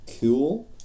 Cool